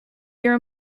your